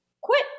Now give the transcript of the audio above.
quit